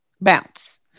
bounce